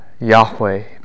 Yahweh